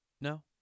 No